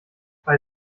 bei